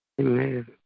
Amen